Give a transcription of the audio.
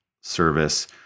service